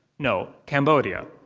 no, cambodia.